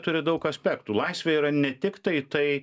turi daug aspektų laisvė yra ne tiktai tai